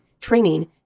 training